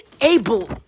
able